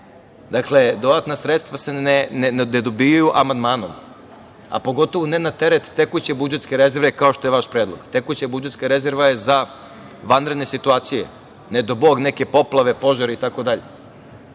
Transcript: Dodatna sredstva ne dobijaju amandmanom, a pogotovo ne na teret tekuće budžetske rezerve kao što je vaš predlog. Tekuća budžetska rezerva je za vanredne situacije, ne dao Bog, neke poplave, požara itd. Vaš